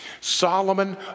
Solomon